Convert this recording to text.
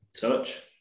Touch